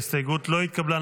ההסתייגות לא התקבלה.